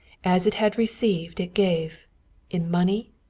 as it had received it gave in money,